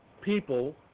people